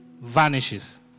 vanishes